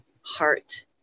heart